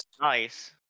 nice